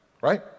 right